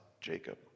Jacob